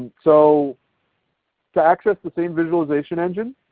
so to access the same visualization engine,